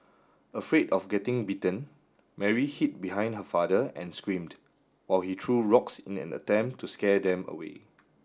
afraid of getting bitten Mary hid behind her father and screamed while he threw rocks in an attempt to scare them away